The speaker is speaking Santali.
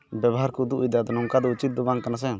ᱵᱮᱵᱚᱦᱟᱨ ᱠᱚ ᱩᱫᱩᱜ ᱮᱫᱟ ᱟᱫᱚ ᱱᱚᱝᱠᱟ ᱫᱚ ᱩᱪᱤᱛ ᱫᱚ ᱵᱟᱝ ᱠᱟᱱᱟ ᱥᱮ